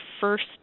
first